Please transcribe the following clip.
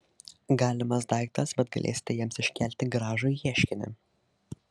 galimas daiktas bet galėsite jiems iškelti gražų ieškinį